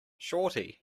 shawty